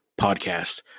podcast